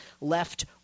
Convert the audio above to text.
left